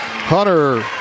Hunter